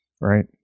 right